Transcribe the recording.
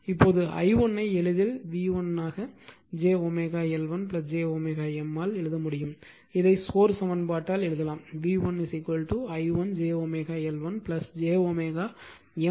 இப்போது i1 ஐ எளிதில் v1 ஐ j L1 j M ஆல் எழுத முடியும் இதை சோர்ஸ் சமன்பாட்டால் எழுதலாம் v1 i1 jw L1 j w M i2